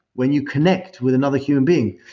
when you connect with another human being.